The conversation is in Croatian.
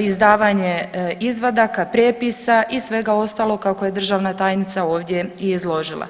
izdavanje izvadaka, prijepisa i svega ostalog kako je državna tajnica ovdje i izložila.